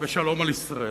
ושלום על ישראל.